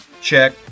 check